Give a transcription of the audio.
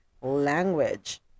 language